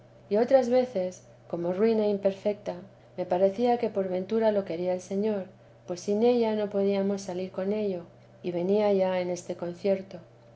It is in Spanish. y otras veces como ruin e imperfecta me parecía que por ventura lo quería el señor pues sin ella no podíamos salir con ello y venía ya en este concierto